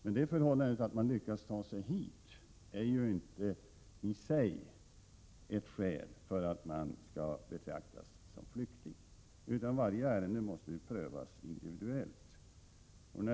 Men det förhållandet att man lyckats ta sig hit är inte i sig ett skäl för att man skall betraktas som flykting — varje ärende måste prövas individuellt.